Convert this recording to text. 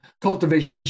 cultivation